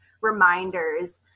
reminders